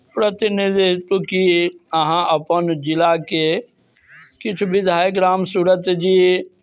प्रतिनिधित्व की अहाँ अपन जिलाके किछु विधायक राम सूरतजी